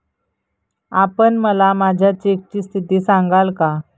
आपण मला माझ्या चेकची स्थिती सांगाल का?